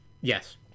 yes